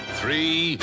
three